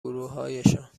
گروهایشان